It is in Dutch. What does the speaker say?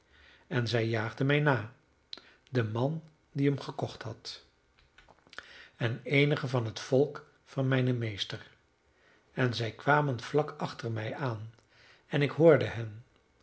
en zij jaagden mij na de man die hem gekocht had en eenigen van het volk van mijnen meester en zij kwamen vlak achter mij aan en ik hoorde hen